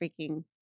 freaking